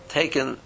taken